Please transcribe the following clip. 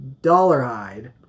Dollarhide